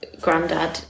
granddad